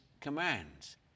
commands